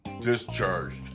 discharged